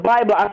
Bible